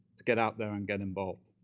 to get out there and get involved.